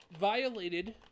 violated